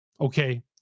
Okay